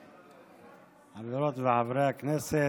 חברות וחברי הכנסת,